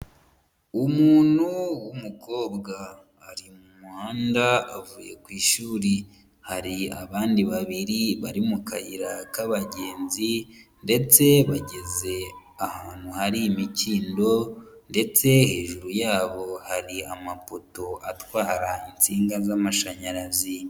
Umuntu w'umukobwa ari mu muhanda avuye ku ishuri hari abandi babiri bari mu kayira k'abagenzi ndetse bageze ahantu hari imikindo ndetse hejuru yabo hari amapoto atwara insinga z'amashanyarazi.